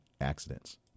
accidents